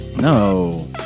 No